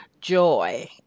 joy